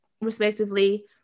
respectively